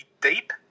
deep